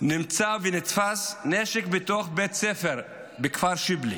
נמצא ונתפס נשק בתוך בית ספר בכפר שיבלי.